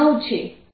F020zRR2z2